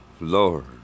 Lord